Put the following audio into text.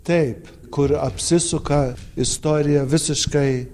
taip kur apsisuka istorija visiškai